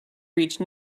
reached